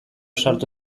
sartu